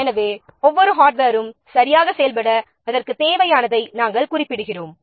எனவே ஒவ்வொரு ஹார்ட்வேரின் பாகத்திற்கும் சரியாகச் செயல்பட அதற்குத் தேவையானதை நாம் குறிப்பிடுகிறோம்